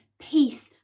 peace